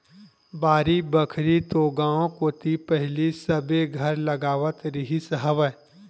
बाड़ी बखरी तो गाँव कोती पहिली सबे घर लगावत रिहिस हवय